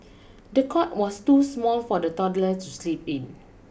the cot was too small for the toddler to sleep in